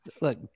look